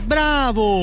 Bravo